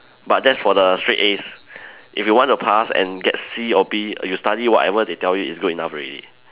but that's for the straight As if you want to pass and get C or B you study whatever they tell you is good enough already